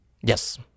Yes